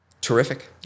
Terrific